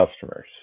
customers